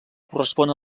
correspon